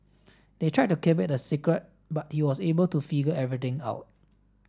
they tried to keep it a secret but he was able to figure everything out